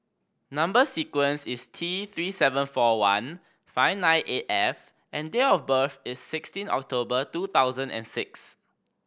number sequence is T Three seven four one five nine eight F and date of birth is sixteen October two thousand and six